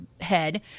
head